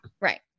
right